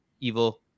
evil